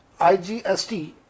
IGST